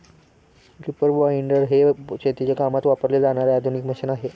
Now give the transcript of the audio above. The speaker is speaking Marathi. रीपर बाइंडर हे शेतीच्या कामात वापरले जाणारे आधुनिक मशीन आहे